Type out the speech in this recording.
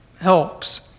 helps